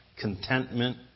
contentment